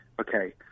Okay